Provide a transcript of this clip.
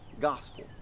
gospel